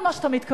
נא לצאת.